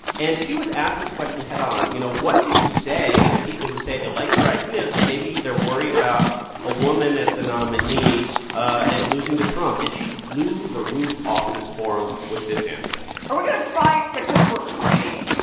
and she was asked this question head-on you know, what do you say to people who say they like your ideas, but maybe they're worried about a woman as the nominee um losing to trump? and she blew the roof off this forum with this answer are we going to fight because we're afraid?